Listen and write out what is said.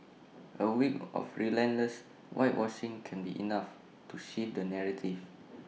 A week of relentless whitewashing can be enough to shift the narrative